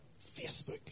Facebook